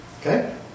Okay